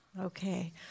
Okay